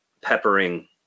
peppering